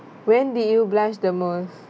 when did you blush the most